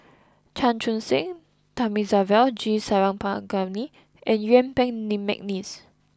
Chan Chun Sing Thamizhavel G Sarangapani and Yuen Peng McNeice